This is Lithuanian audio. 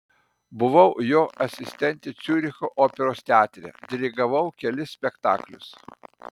buvau jo asistentė ciuricho operos teatre dirigavau kelis spektaklius